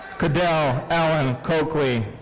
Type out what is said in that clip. kadel allen coakely.